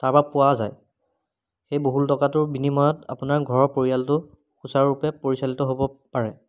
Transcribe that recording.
তাৰ পৰা পোৱা যায় সেই বহুল টকাটোৰ বিনিময়ত আপোনাৰ ঘৰৰ পৰিয়ালটো সুচাৰুৰূপে পৰিচালিত হ'ব পাৰে